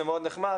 זה מאוד נחמד,